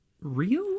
real